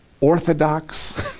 orthodox